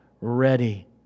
ready